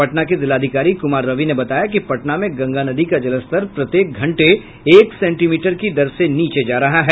पटना के जिलाधिकारी कुमार रवि ने बताया कि पटना में गंगा नदी का जलस्तर प्रत्येक घंटे एक सेंटीमीटर की दर से नीचे जा रहा है